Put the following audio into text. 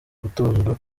gutozwa